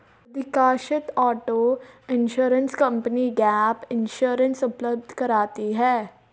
अधिकांशतः auto insurance company gap insurance उपलब्ध कराती है